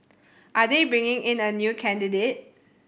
are they bringing in a new candidate